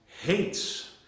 hates